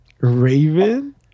Raven